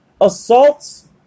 assaults